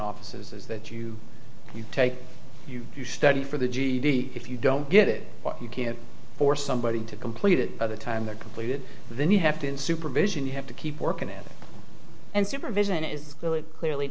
offices is that you you take you you study for the ged if you don't get it you can't force somebody to complete it by the time they're completed then you have to in supervision you have to keep working at it and supervision is clearly